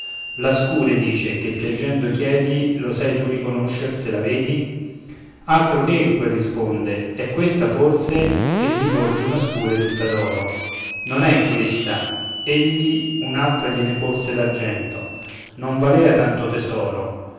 la scure dice che piangendo chiedi la sai tu riconoscer se la vedi altro che quel risponde è questa forse e gli porge una scure tutta d'oro non è questa egli un altra gliene porse d'argento non valea tanto tesoro